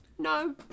No